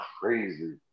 crazy